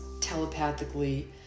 telepathically